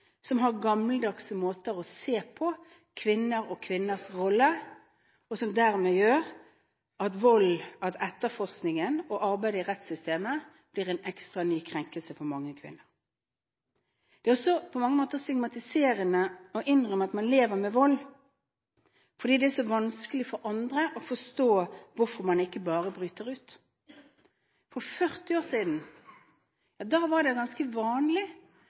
kvinners rolle, og som dermed gjør at etterforskningen og arbeidet i rettssystemet blir en ekstra ny krenkelse for mange kvinner. Det er også på mange måter stigmatiserende å innrømme at man lever med vold, fordi det er så vanskelig for andre å forstå hvorfor man ikke bare bryter ut. For 40 år siden var det ganske vanlig